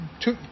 Two